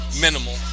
minimal